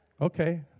Okay